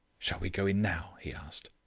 shall we go in now? he asked.